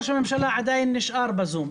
כי ראש הממשלה עדיין נשאר בזום.